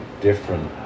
different